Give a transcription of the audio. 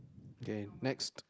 okay next